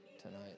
tonight